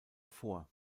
vor